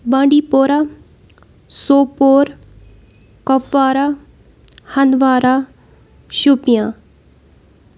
بانڈی پورہ سوپور کپوارہ ہندوارہ شوپیان